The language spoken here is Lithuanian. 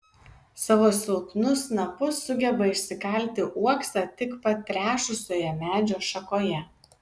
savo silpnu snapu sugeba išsikalti uoksą tik patrešusioje medžio šakoje